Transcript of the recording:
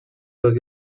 seus